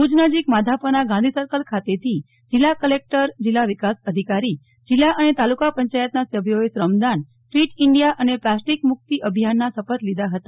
ભુજ નજીક માધાપરના ગાંધી સર્કલ ખાતેથી જિલ્લા કલેકટર જિલ્લા વિકાસ અધિકારી જિલ્લા અને તાલુકા પંચાયતના સભ્યોએ શ્રમદાન ફીટ ઈન્ડિયા અને પ્લાસ્ટિક મુક્તિ અભિયાનના શપથ લીધા હતા